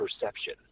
perception